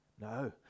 No